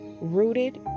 rooted